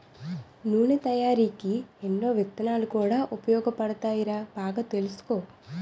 నూనె తయారికీ ఎన్నో విత్తనాలు కూడా ఉపయోగపడతాయిరా బాగా తెలుసుకో